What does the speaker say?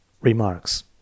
Remarks